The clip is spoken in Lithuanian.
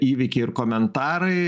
įvykiai ir komentarai